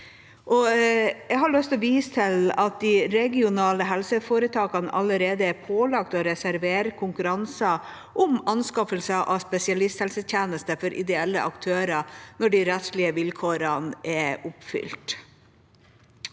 til å vise til at de regionale helseforetakene allerede er pålagt å reservere konkurranser om anskaffelser av spesialisthelsetjenester for ideelle aktører når de rettslige vilkårene er oppfylt.